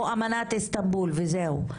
או אמנת איסטנבול וזהו.